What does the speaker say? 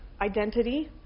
identity